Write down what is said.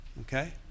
okay